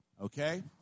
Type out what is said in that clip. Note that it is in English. Okay